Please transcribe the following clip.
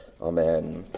Amen